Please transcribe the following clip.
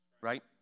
Right